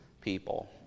people